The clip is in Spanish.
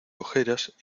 ojeras